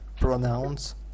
pronounce